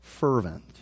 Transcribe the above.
fervent